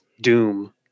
doom